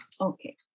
Okay